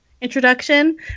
introduction